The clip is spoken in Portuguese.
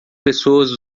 pessoas